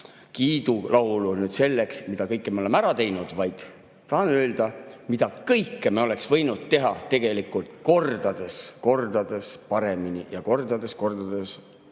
kiidulaulu nüüd sellele, mida kõike me oleme ära teinud, vaid tahan öelda, mida kõike me oleks võinud teha tegelikult kordades-kordades paremini ja kordades-kordades varem.